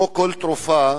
כמו כל תרופה,